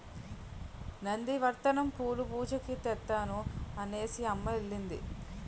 నంది వర్ధనం పూలు పూజకి తెత్తాను అనేసిఅమ్మ ఎల్లింది